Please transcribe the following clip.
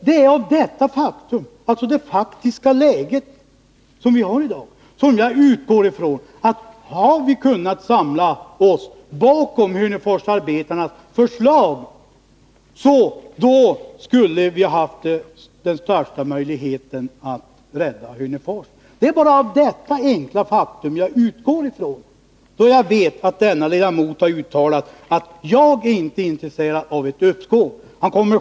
Detta är det faktiska läget, och det har jag utgått från när jag har sagt att om vi hade kunnat samla oss bakom Hörneforsarbetarnas förslag, hade möjligheten att rädda Hörnefors varit stor.